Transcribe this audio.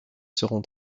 seront